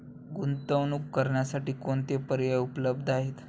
गुंतवणूक करण्यासाठी कोणते पर्याय उपलब्ध आहेत?